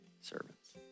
servants